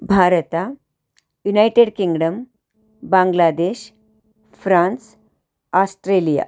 Bharat United Kingdom Bangladesh France Australia